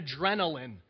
adrenaline